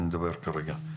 אני מדבר כרגע,